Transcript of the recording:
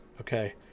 Okay